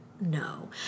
No